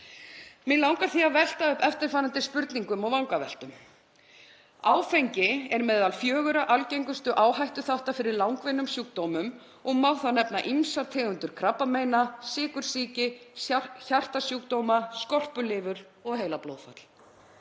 Mig langar því að velta upp eftirfarandi spurningum og vangaveltum: Áfengi er meðal fjögurra algengustu áhættuþátta fyrir langvinnum sjúkdómum og má þar nefna ýmsar tegundir krabbameina, sykursýki, hjartasjúkdóma, skorpulifur og heilablóðfall.